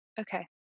okay